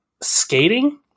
skating